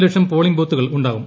ലക്ഷം polling ബൂത്തുകൾ ഉണ്ടാവും